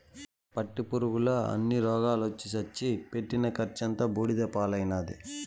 పట్టుపురుగుల అన్ని రోగాలొచ్చి సచ్చి పెట్టిన కర్సంతా బూడిద పాలైనాది